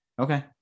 Okay